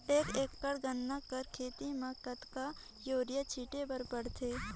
एक एकड़ गन्ना कर खेती म कतेक युरिया छिंटे बर पड़थे?